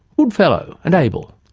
good fellow, and able.